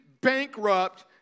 bankrupt